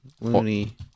Looney